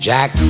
Jack